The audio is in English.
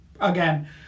again